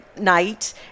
night